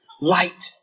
light